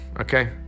Okay